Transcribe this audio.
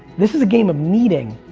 this is a game of meeting,